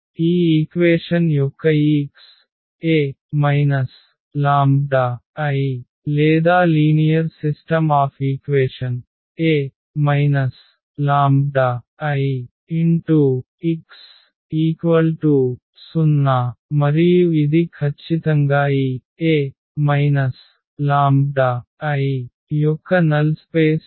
ఈ ఈక్వేషన్ యొక్క ఈ x A λI లేదా linear system of equation A λIx0 మరియు ఇది ఖచ్చితంగా ఈ A λI యొక్క నల్ స్పేస్ null space